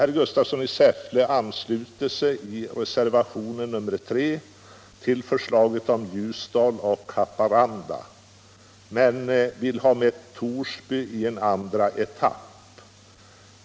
Herr Gustafsson ansluter sig i reservationen till förslaget om Ljusdal och Haparanda men vill ha med Torsby i en andra etapp.